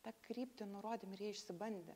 tą kryptį nurodėm ir jie išsibandė